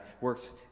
works